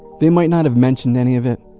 they might not have mentioned any of it,